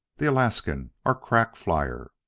the alaskan! our crack flyer!